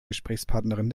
gesprächspartnerin